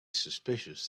suspicious